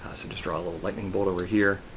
ah so just draw a little lightning bolt over here.